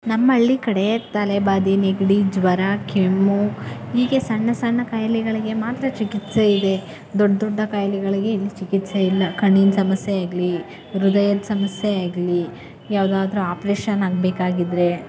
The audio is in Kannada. ನಮ್ಮ ಹಳ್ಳಿ ಕಡೆ ತಲೆ ಭಾದೆ ನೆಗಡಿ ಜ್ವರ ಕೆಮ್ಮು ಹೀಗೆ ಸಣ್ಣ ಸಣ್ಣ ಕಾಯಿಲೆಗಳಿಗೆ ಮಾತ್ರ ಚಿಕಿತ್ಸೆ ಇದೆ ದೊಡ್ಡ ದೊಡ್ಡ ಕಾಯಿಲೆಗಳಿಗೆ ಇಲ್ಲಿ ಚಿಕಿತ್ಸೆ ಇಲ್ಲ ಕಣ್ಣಿನ ಸಮಸ್ಯೆ ಆಗಲಿ ಹೃದಯದ ಸಮಸ್ಯೆ ಆಗಲಿ ಯಾವುದಾದ್ರೂ ಆಪ್ರೇಷನ್ ಆಗಬೇಕಾಗಿದ್ರೆ